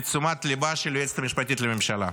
לתשומת ליבה של היועצת המשפטית לממשלה.